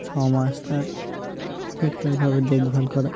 ছ মাস তার ঠিকঠাকভাবে দেখভাল করা